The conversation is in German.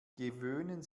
gewöhnen